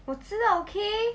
我知道 okay